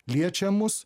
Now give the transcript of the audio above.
liečia mus